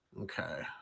Okay